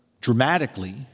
dramatically